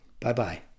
Bye-bye